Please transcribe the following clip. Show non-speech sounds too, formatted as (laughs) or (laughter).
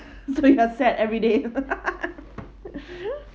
so you are sad every day (laughs) (breath)